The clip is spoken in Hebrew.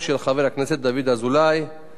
שהוא בנחישות, מהכנסת החמש-עשרה,